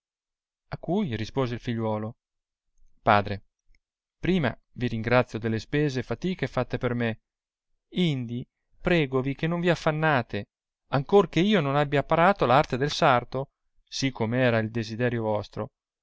a cui rispose il figliuolo padre prima vi ringrazio delle spese e fatiche fatte per me indi pregovi che non vi affannate ancor che io non abbia apparato arte del sarto sì come era il desiderio vostro